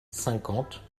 cinquante